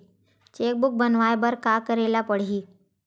Cheque book बनवाय बर का करे ल पड़हि?